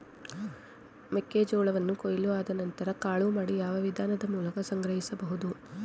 ಮೆಕ್ಕೆ ಜೋಳವನ್ನು ಕೊಯ್ಲು ಆದ ನಂತರ ಕಾಳು ಮಾಡಿ ಯಾವ ವಿಧಾನದ ಮೂಲಕ ಸಂಗ್ರಹಿಸಬಹುದು?